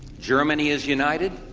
germany is united.